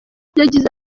yagize